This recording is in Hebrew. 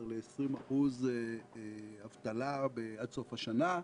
16% ל-20% אבטלה עד סוף השנה,